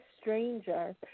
stranger